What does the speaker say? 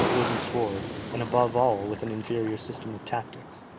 wooden swords, and above all with an inferior system of tactics?